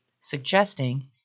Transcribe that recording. suggesting